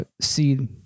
see